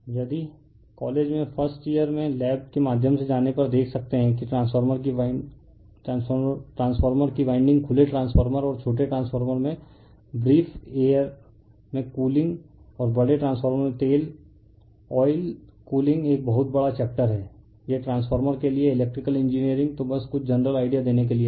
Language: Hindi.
यदि कॉलेज में फर्स्ट इयर में लैब के माध्यम से जाने पर देख सकते हैं कि ट्रांसफार्मर की वाइंडिंग खुले ट्रांसफार्मर और छोटे ट्रांसफॉर्मर में ब्रीफ एयर में कूलिंग और बड़े ट्रांसफॉर्मर में तेल या आयल कूलिंग एक बहुत बड़ा चैप्टर है ट्रांसफॉर्मर के लिए इलेक्ट्रिकल इंजीनियरिंग तो बस कुछ जनरल आईडिया देने के लिए हैं